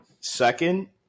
second